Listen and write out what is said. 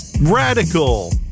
Radical